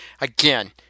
Again